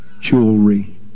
jewelry